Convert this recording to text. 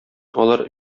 алар